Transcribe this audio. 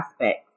aspects